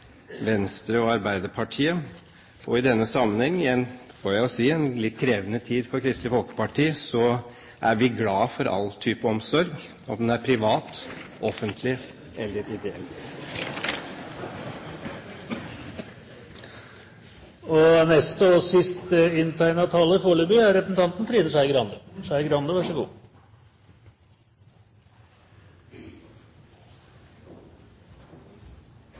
Venstre og Arbeiderpartiet, og i denne sammenheng i en litt krevende tid for Kristelig Folkeparti, får jeg vel si, er vi glad for all type omsorg, om den er privat, offentlig eller ideell. Jeg har ambisjoner om å bli siste taler, og